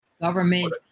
government